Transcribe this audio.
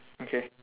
okay